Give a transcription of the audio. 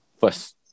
first